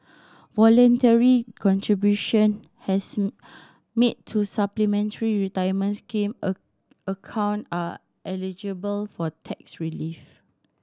voluntary contribution has made to Supplementary Retirement Scheme a account are eligible for tax relief